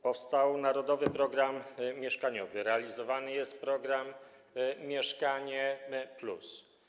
Powstał Narodowy Program Mieszkaniowy, realizowany jest program „Mieszkanie+”